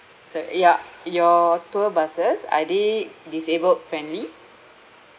so ya your tour buses are they disabled friendly